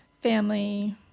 family